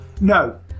No